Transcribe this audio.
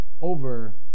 over